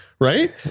right